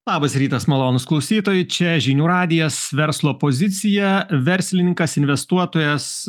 labas rytas malonūs klausytojai čia žinių radijas verslo pozicija verslininkas investuotojas